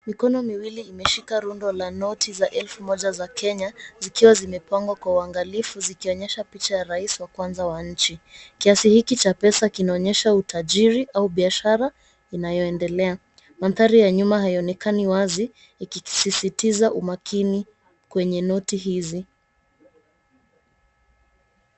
Mikono miwili imeshika rundo la noti za elfu moja za Kenya, zikiwa zimepangwa kwa uangalifu zikionyesha picha ya rais wa kwanza wa nchi. Kiasi hiki cha pesa kinaonyesha utajiri au biashara inayoendelea. Mandhari ya nyuma haionekani wazi ikisisitiza umakini kwenye noti hizi.